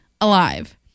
alive